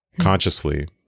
consciously